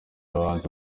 abahanzi